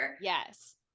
Yes